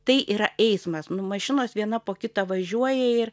tai yra eismas nu mašinos viena po kitą važiuoja ir